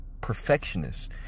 perfectionists